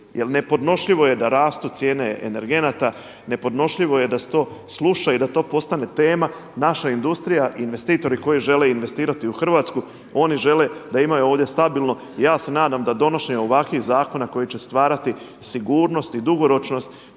Jel nepodnošljivo je da rastu cijene energenata, nepodnošljivo je da se to sluša i da to postane tema, naša industrija i investitori koji žele investirati u Hrvatsku oni žele da imaju ovdje stabilno. I ja se nadam da donošenje ovakvih zakona koji će stvarati sigurnost i dugoročnost